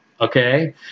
Okay